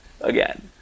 again